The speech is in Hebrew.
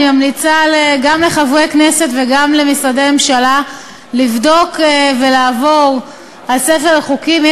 אני ממליצה גם לחברי כנסת וגם למשרדי ממשלה לבדוק ולעבור על ספר החוקים.